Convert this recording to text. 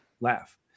laugh